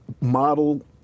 model